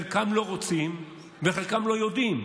חלקם לא רוצים וחלקם לא יודעים.